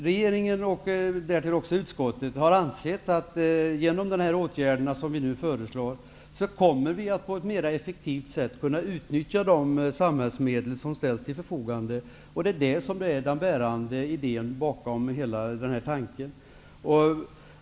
Regeringen och därtill också utskottet har ansett att vi på ett mera effektivt sätt kommer att kunna utnyttja de samhällsmedel som ställs till förfogande genom de åtgärder som vi nu föreslår. Det är den bärande idén bakom hela den här tanken.